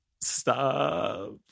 Stop